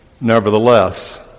nevertheless